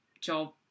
job